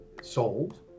sold